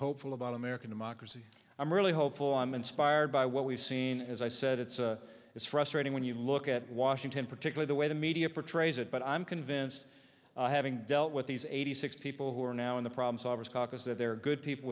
hopeful about american democracy i'm really hopeful i'm inspired by what we've seen as i said it's it's frustrating when you look at washington particular the way the media portrays it but i'm convinced having dealt with these eighty six people who are now in the problem solvers caucus that there are good people